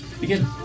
Begin